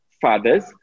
fathers